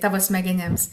tavo smegenims